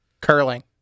curling